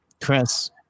Chris